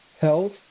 health